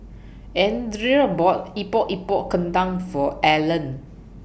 Andrea bought Epok Epok Kentang For Allen